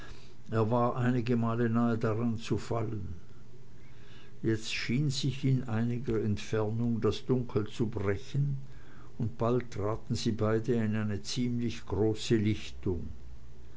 er war einige male nahe daran zu fallen jetzt schien sich in einiger entfernung das dunkel zu brechen und bald traten beide in eine ziemlich große lichtung